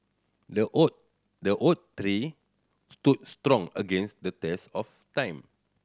the oak the oak tree stood strong against the test of time